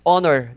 Honor